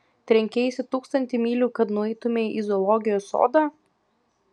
trenkeisi tūkstantį mylių kad nueitumei į zoologijos sodą